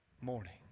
morning